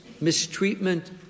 mistreatment